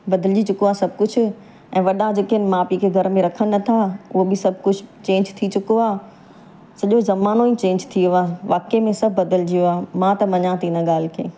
बदिलिजी चुको आहे सभु कुझु ऐं वॾा जेके आहिनि माउ पीउ खे घर में रखनि नथा उहो बि सभु कुझु चेंज थी चुको आहे सॼो ज़मानो ई चेंज थी वियो आहे वाकेई में सभु बदिलिजी वियो आहे मां त मञा थी हिन ॻाल्हि खे